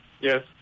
Yes